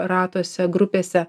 ratuose grupėse